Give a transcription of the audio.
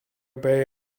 bay